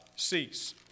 Cease